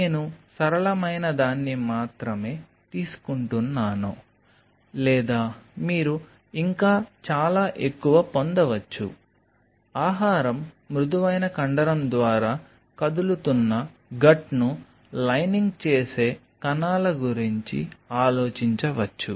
నేను సరళమైనదాన్ని మాత్రమే తీసుకుంటున్నాను లేదా మీరు ఇంకా చాలా ఎక్కువ పొందవచ్చు ఆహారం మృదువైన కండరం ద్వారా కదులుతున్న గట్ను లైనింగ్ చేసే కణాల గురించి ఆలోచించవచ్చు